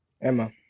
emma